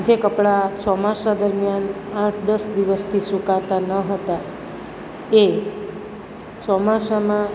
જે કપડાં ચોમાસા દરમિયાન આઠ દસ દિવસથી સુકાતા ન હતા એ ચોમાસામાં